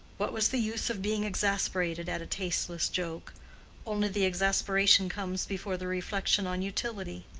what was the use of being exasperated at a tasteless joke only the exasperation comes before the reflection on utility.